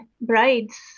brides